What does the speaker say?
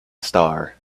star